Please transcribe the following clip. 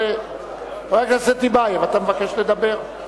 חבר הכנסת טיבייב, אתה מבקש לדבר?